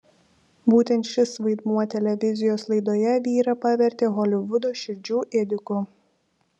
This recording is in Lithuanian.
būtent šis vaidmuo televizijos laidoje vyrą pavertė holivudo širdžių ėdiku